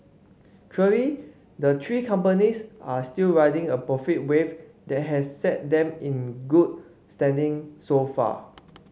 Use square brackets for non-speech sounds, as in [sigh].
[unintelligible] the three companies are still riding a profit wave that has set them in good standing so far